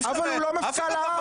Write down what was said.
החוק נותן -- אבל הוא לא מפכ"ל על,